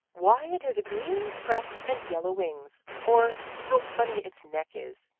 why it has a green crest and yellow wings or how funny its neck is!